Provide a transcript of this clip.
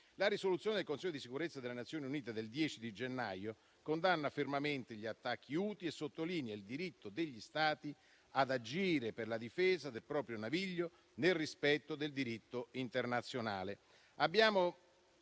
La risoluzione del Consiglio di sicurezza delle Nazioni Unite del 10 gennaio condanna fermamente gli attacchi Houthi e sottolinea il diritto degli Stati ad agire per la difesa del proprio naviglio, nel rispetto del diritto internazionale.